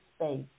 space